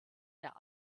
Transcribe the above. der